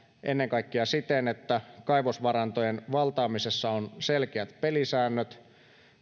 ennen kaikkea siten että kaivosvarantojen valtaamisessa on selkeät pelisäännöt